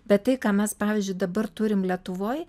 bet tai ką mes pavyzdžiui dabar turim lietuvoj